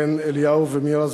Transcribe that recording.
בן אליהו ומירה,